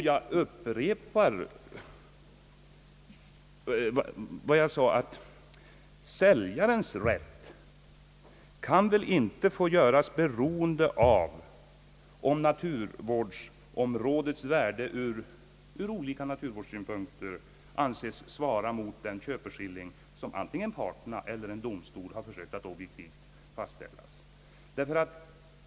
Jag upprepar vad jag sade förut, att säljarens rätt inte kan få göras beroende av om naturvårdsområdets värde ur olika naturvårdssynpunkter kan anses svara mot den köpeskilling som antingen parterna eller en domstol har försökt att objektivt fastställa.